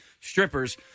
Strippers